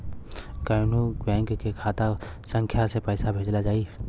कौन्हू बैंक के खाता संख्या से पैसा भेजा जाई न?